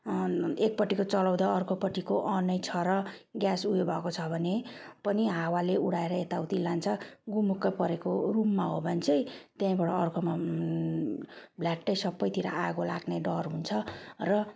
एकपट्टिको चलाउँदा अर्कोपट्टिको अन छ र ग्यास उसो भएको छ भने पनि हावाले उडाएर यता उति लान्छ गुमुक्क परेको रुममा हो भने चाहिँ त्यहीँबाट अर्कोमा भ्ल्याट्टै सबतिर आगो लाग्ने डर हुन्छ र